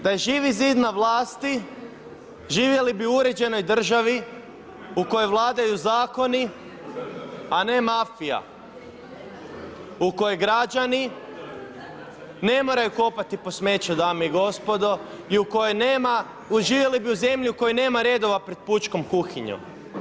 Da je Živi zid na vlasti živjeli bi u uređenoj državi u kojoj vladaju zakoni, a ne mafija, u kojoj građani ne moraju kopati po smeću dame i gospodo i u kojoj nema i živjeli bi u zemlji u kojoj nema redova pred pučkom kuhinjom.